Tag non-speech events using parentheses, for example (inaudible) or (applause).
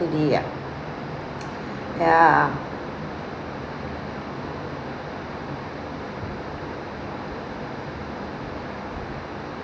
today ya (noise) ya